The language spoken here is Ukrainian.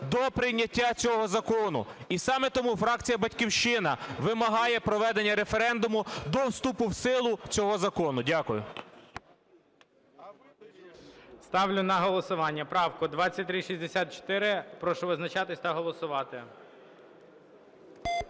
до прийняття цього закону. І саме тому фракція "Батьківщина" вимагає проведення референдуму до вступу в силу цього закону. Дякую. ГОЛОВУЮЧИЙ. Ставлю на голосування правку 2364. Прошу визначатись та голосувати.